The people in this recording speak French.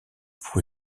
pour